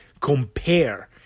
compare